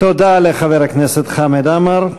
תודה לחבר הכנסת חמד עמאר.